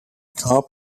carp